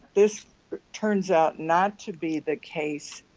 this turns out not to be the case,